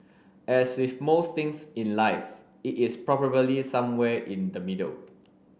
as with most things in life it is probably somewhere in the middle